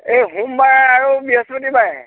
এই সোমবাৰে আৰু বৃহস্পতিবাৰে